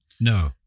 No